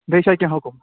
بیٚیہِ چھا کیٚنٛہہ حُکُم